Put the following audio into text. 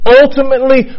ultimately